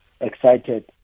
excited